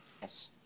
Yes